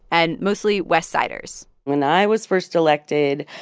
and mostly west-siders when i was first elected,